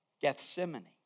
Gethsemane